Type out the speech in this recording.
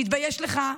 תתבייש לך,